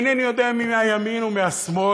אינני יודע אם מהימין או מהשמאל,